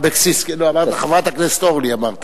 לא, "חברת הכנסת אורלי" אמרת.